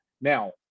Now